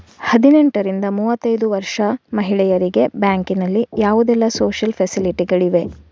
ಹದಿನೆಂಟರಿಂದ ಮೂವತ್ತೈದು ವರ್ಷ ಮಹಿಳೆಯರಿಗೆ ಬ್ಯಾಂಕಿನಲ್ಲಿ ಯಾವುದೆಲ್ಲ ಸೋಶಿಯಲ್ ಫೆಸಿಲಿಟಿ ಗಳಿವೆ?